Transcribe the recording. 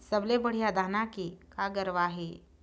सबले बढ़िया धाना के का गरवा हर ये?